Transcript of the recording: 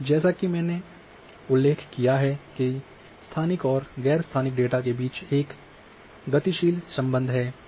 जैसा कि मैंने उल्लेख किया है कि स्थानिक और गैर स्थानिक डेटा के बीच एक गतिशील संबंध है